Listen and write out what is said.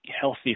healthy